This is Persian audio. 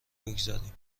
بگذاریم